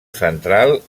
central